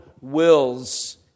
wills